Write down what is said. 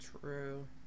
True